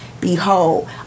Behold